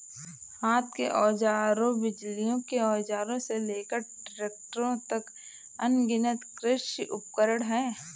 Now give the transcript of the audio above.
हाथ के औजारों, बिजली के औजारों से लेकर ट्रैक्टरों तक, अनगिनत कृषि उपकरण हैं